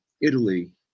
Italy